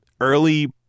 Early